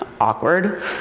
Awkward